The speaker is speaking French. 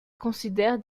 considère